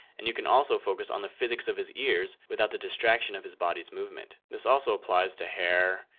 and you can also focus on the physics of his ears without the distraction of his body's movement. this also applies to hair,